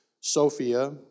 Sophia